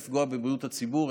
לפגוע בבריאות הציבור.